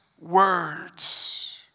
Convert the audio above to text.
words